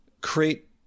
create